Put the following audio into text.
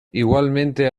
igualmente